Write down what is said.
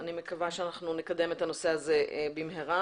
אני מקווה שאנחנו נקדם את הנושא הזה במהרה,